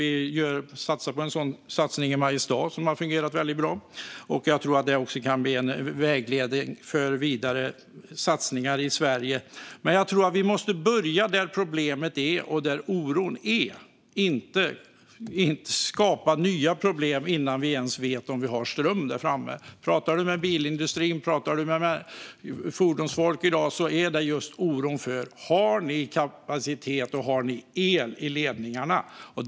Vi gör en sådan satsning i Mariestad, och den har fungerat väldigt bra. Jag tror också att det kan bli en vägledning för vidare satsningar i Sverige. Men jag tror att vi måste börja där problemet och oron finns och inte skapa nya problem innan vi ens vet om vi har ström framme. Pratar man med bilindustrin och med fordonsfolk i dag får man höra just om oron för att vi inte ska ha kapacitet och inte ha el i ledningarna.